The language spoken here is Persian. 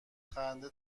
خنده